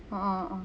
a'ah